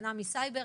הגנה מסייבר.